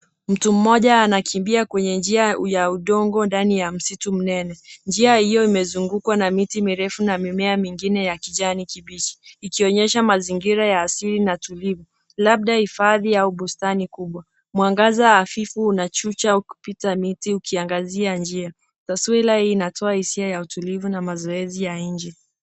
Mtu mmoja anakimbia kwenye njia ya udongo ndani ya msitu mnene. Njia hio imezungukwa na miti mirefu na mingine ya kijani kibichi ikionyesha mazingira ya asili na tulivu. Labda hifadhi au bustani kubwa. Mwangaza hafifu unachucha ukipita miti ukiangazia njia. Taswira hii inatoa hisia utulivu na mazoezi ya nje.